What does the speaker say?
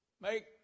Make